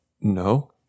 no